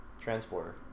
transporter